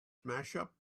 smashup